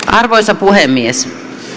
arvoisa puhemies